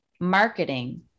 marketing